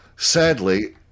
Sadly